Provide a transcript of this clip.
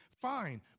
fine